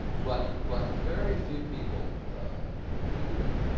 but but very few people do that.